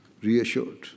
reassured